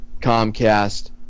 Comcast